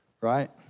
right